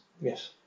Yes